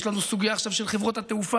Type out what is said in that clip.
יש לנו סוגיה עכשיו של חברות התעופה.